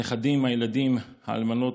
הנכדים, הילדים, האלמנות,